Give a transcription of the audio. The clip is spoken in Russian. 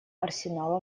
арсенала